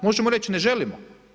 Možemo reći, ne želimo.